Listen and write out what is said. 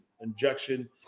injection